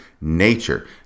nature